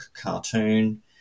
cartoon